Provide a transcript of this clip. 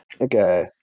Okay